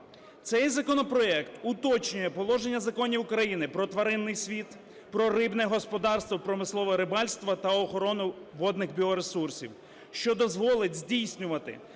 Цей законопроект уточнює положення Законів України "Про тваринний світ", "Про рибне господарство, промислове рибальство та охорона водних біоресурсів", що дозволить здійснювати